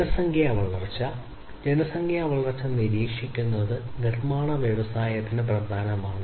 ജനസംഖ്യാ വളർച്ച ജനസംഖ്യാ വളർച്ച നിരീക്ഷിക്കുന്നത് നിർമ്മാണ വ്യവസായത്തിന് പ്രധാനമാണ്